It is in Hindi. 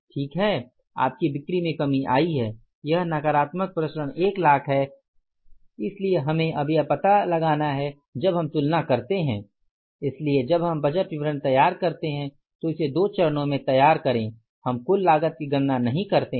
ठीक है आपकी बिक्री में कमी आई है यह नकारात्मक प्रसरण एक लाख है इसलिए हमें अब यह पता लगता है जब हम तुलना करते हैं इसलिए जब हम बजट विवरण तैयार करते हैं तो इसे दो चरणों में तैयार करें हम कुल लागत की गणना नहीं करते हैं